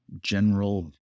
general